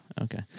Okay